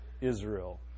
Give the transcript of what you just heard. israel